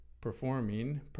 performing